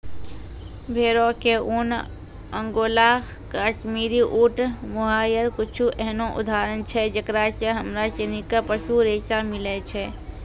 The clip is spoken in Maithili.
भेड़ो के ऊन, अंगोला, काश्मीरी, ऊंट, मोहायर कुछु एहनो उदाहरण छै जेकरा से हमरा सिनी के पशु रेशा मिलै छै